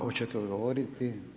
Hoćete odgovoriti?